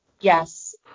Yes